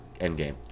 Endgame